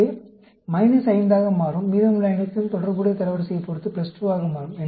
எனவே இது 5 ஆக மாறும் மீதமுள்ள அனைத்தும் தொடர்புடைய தரவரிசையைப் பொருத்து பிளஸ் ஆக மாறும்